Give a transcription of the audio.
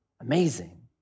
amazing